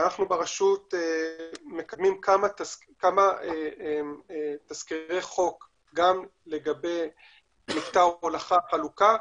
אנחנו ברשות מקדמים כמה תסקירי חוק גם לגבי מקטע הולכה חלוקה,